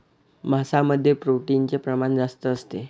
मांसामध्ये प्रोटीनचे प्रमाण जास्त असते